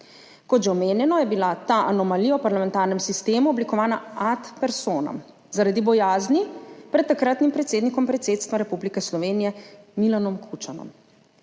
Kot že omenjeno, je bila ta anomalija v parlamentarnem sistemu oblikovana ad personam zaradi bojazni pred takratnim predsednikom Predsedstva Republike Slovenije Milanom Kučanom.